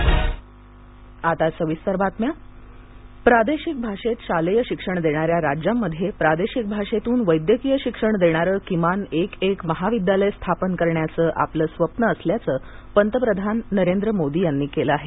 पंतप्रधान प्रादेशिक भाषेत शालेय शिक्षण देणाऱ्या राज्यांमध्ये प्रादेशिक भाषेतून वैद्यकीय शिक्षण देणारं किमान एक एक महाविद्यालय स्थापन करण्याचं आपलं स्वप्न असल्याचं पंतप्रधान प्रतिपादन नरेंद्र मोदी यांनी केलं आहे